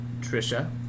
Trisha